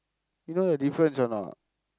you know the difference or not